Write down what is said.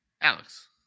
Alex